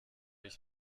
ich